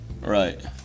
Right